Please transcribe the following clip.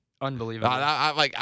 Unbelievable